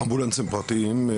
אמבולנסים פרטיים,